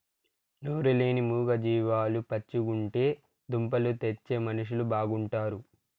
నోరు లేని మూగ జీవాలు పచ్చగుంటే దుంపలు తెచ్చే మనుషులు బాగుంటారు